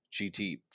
GT